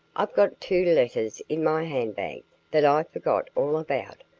i've got two letters in my hand bag that i forgot all about.